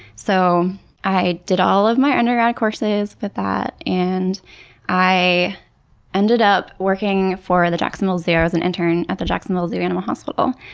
so i did all of my undergrad courses with that, and i ended up working for the jacksonville zoo ah as an intern at the jacksonville zoo animal hospital.